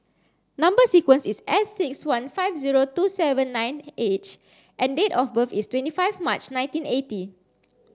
number sequence is S six one five two seven nine H and date of birth is twenty five March nineteen eighty